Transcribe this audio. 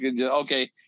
okay